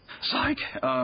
Psych